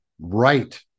right